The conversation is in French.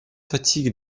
fatigue